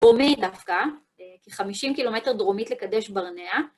בומי דווקא, כ-50 קילומטר דרומית לקדש ברנע.